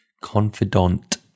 Confidant